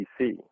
PC